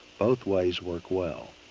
both ways work well.